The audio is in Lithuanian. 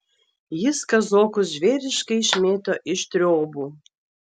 jis kazokus žvėriškai išmėto iš triobų